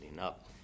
up